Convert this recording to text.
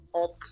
up